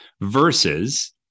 Versus